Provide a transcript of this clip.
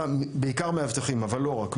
בעיקר מאבטחים אבל לא רק,